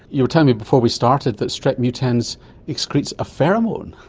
you were telling me before we started that strep mutans excretes a pheromone.